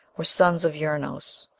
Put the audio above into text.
were sons of uranos,